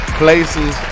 places